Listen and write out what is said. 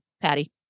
Patty